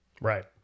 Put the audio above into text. Right